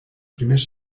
primers